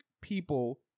people